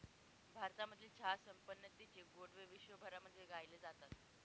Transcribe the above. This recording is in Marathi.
भारतामधील चहा संपन्नतेचे गोडवे विश्वभरामध्ये गायले जातात